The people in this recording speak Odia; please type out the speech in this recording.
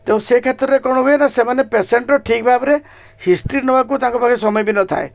ତ ସେଇ କ୍ଷେତ୍ରରେ କ'ଣ ହୁଏ ନା ସେମାନେ ପେସେଣ୍ଟର ଠିକ୍ ଭାବରେ ହିଷ୍ଟ୍ରି ନେବାକୁ ତାଙ୍କ ପାଖରେ ସମୟ ବି ନଥାଏ